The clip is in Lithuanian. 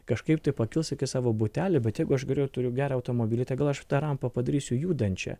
kažkaip tai pakils iki savo butelio bet jeigu aš galiu turiu gerą automobilį tegul aš tą rampą padarysiu judančią